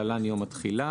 (להלן יום התחילה).